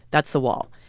that's the wall.